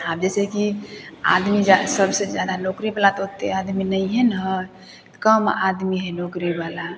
आ जाहिसे कि आदमी जा सबसे जादा लोग नौकरी बला ओत्ते आदमी नहियै ने है कम आदमी है नौकरी वला